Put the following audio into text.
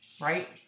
Right